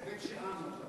מתי בית-שאן?